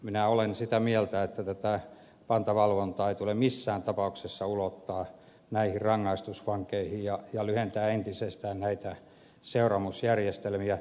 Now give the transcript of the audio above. minä olen sitä mieltä että tätä pantavalvontaa ei tule missään tapauksessa ulottaa näihin rangaistusvankeihin ja lyhentää entisestään rangaistuksia tässä seuraamusjärjestelmässä